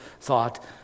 thought